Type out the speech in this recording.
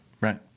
Right